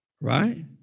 Right